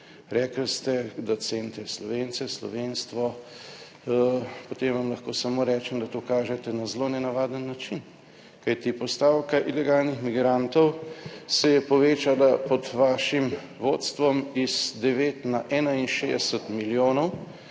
Rekli ste, da cenite Slovence, slovenstvo, potem vam lahko samo rečem, da to kažete na zelo nenavaden način, kajti postavka ilegalnih migrantov se je povečala pod vašim vodstvom iz 9 na 61 milijonov,